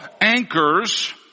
anchors